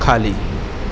खाली